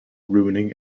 ruining